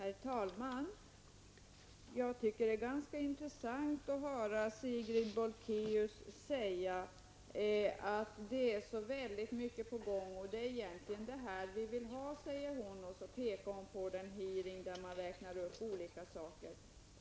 Herr talman! Jag tycker att det är ganska intressant när Sigrid Bolkéus säger att så mycket är på gång, och att det egentligen är det vi vill ha. Sedan pekar hon på den hearing där man räknar upp olika saker.